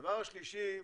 הדבר השלישי,